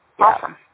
Awesome